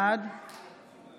בעד